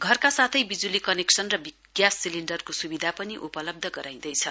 घरका साथै बिज्ली कनेक्शन र ग्यास सिलिण्डरको सुबिधा पनि उपलब्ध गराइँदैछ